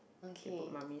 one K